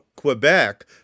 Quebec